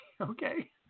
Okay